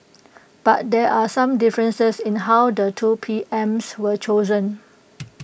but there are some differences in how the two PMs were chosen